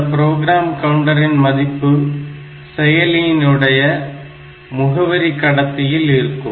இந்த ப்ரோக்ராம் கவுண்டரின் மதிப்பு செயலியினுடைய முகவரி கடத்தியில் இருக்கும்